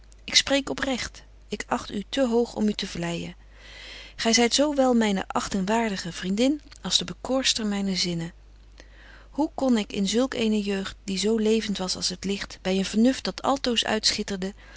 ik spreek oprecht ik acht u te hoog om u te vleijen gy zyt zo wel myne achtingwaardige vrienbetje wolff en aagje deken historie van mejuffrouw sara burgerhart din als de bekoorster myner zinnen hoe kon ik in zulk eene jeugd die zo levent was als het licht by een vernuft dat altoos